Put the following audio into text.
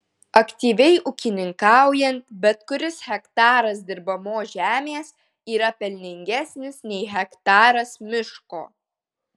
aktyviai ūkininkaujant bet kuris hektaras dirbamos žemės yra pelningesnis nei hektaras miško